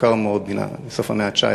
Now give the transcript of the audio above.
מוכר מאוד, מסוף המאה ה-19,